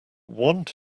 want